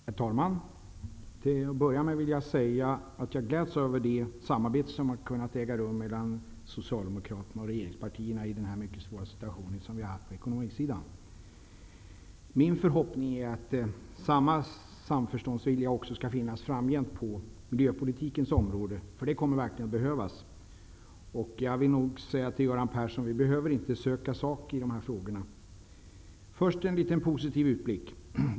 Herr talman! Till att börja med vill jag säga att jag gläds över det samarbete som kunnat äga rum mellan Socialdemokraterna och regeringspartierna i den mycket svåra situation som vi har haft på ekonomisidan. Min förhoppning är att samma samförståndsvilja också skall finnas framgent på miljöpolitikens område. Det kommer verkligen att behövas. Vi behöver inte, Göran Persson, söka sak i de här frågorna. Först en liten positiv utblick.